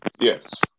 Yes